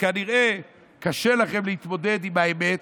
כנראה קשה לכם להתמודד עם האמת,